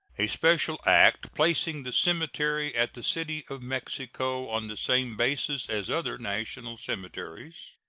a special act placing the cemetery at the city of mexico on the same basis as other national cemeteries